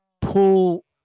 Pull